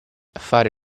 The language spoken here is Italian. fare